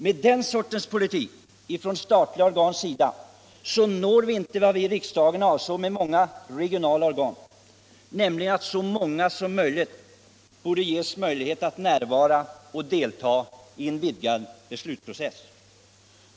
Med den sortens politik från statliga organ når vi inte det som vi i riksdagen avsåg med vad vi uttalat om många regionala organ, nämligen att så många som möjligt borde ges tillfälle att närvara och delta i en vidgad beslutsprocess.